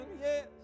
Yes